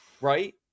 Right